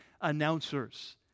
announcers